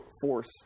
force